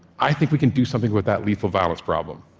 i think we can do something with that lethal violence problem.